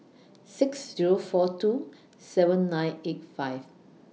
six Zero four two seven nine eight five